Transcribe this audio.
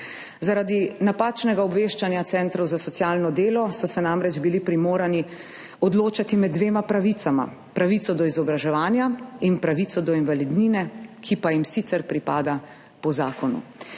Zaradi napačnega obveščanja centrov za socialno delo so se namreč bili primorani odločati med dvema pravicama, pravico do izobraževanja in pravico do invalidnine, ki pa jim sicer pripada po zakonu.